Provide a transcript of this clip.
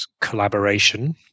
collaboration